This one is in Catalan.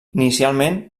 inicialment